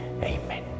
Amen